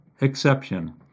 exception